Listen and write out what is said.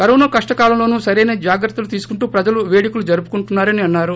corona కష్టకాలంలోనూ సరైన జాగ్రత్తలు తీసుకుంటూ ప్రజలు పేడుకలు జరుపుకొంటున్నారని అన్నారు